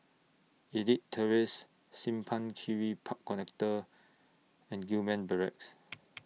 Elite Terrace Simpang Kiri Park Connector and Gillman Barracks